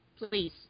Please